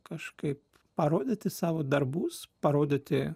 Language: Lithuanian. kažkaip parodyti savo darbus parodyti